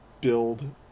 build